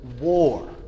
war